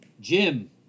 Jim